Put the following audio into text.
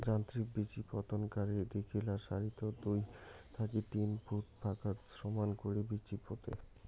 যান্ত্রিক বিচিপোতনকারী দীঘলা সারিত দুই থাকি তিন ফুট ফাকত সমান করি বিচি পোতে